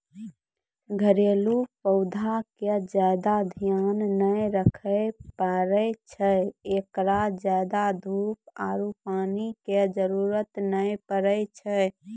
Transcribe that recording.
घरेलू पौधा के ज्यादा ध्यान नै रखे पड़ै छै, एकरा ज्यादा धूप आरु पानी के जरुरत नै पड़ै छै